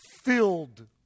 Filled